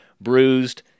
bruised